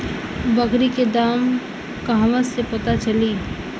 बकरी के दाम कहवा से पता चली?